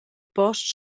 post